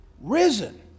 risen